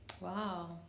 Wow